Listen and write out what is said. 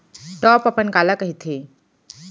Top अपन काला कहिथे?